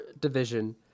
division